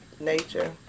nature